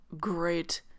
great